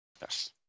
Yes